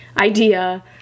idea